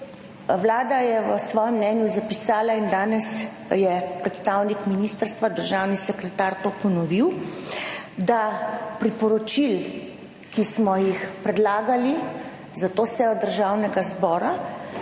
Vlada je v svojem mnenju zapisala - in danes je predstavnik ministrstva, državni sekretar, to ponovil -, da priporočil, ki smo jih predlagali za to sejo Državnega zbora,